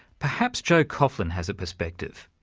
perhaps joe coughlin has a perspective.